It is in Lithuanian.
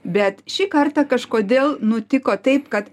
bet šį kartą kažkodėl nutiko taip kad